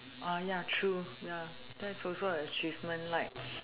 ah ya true ya that's also a achievement like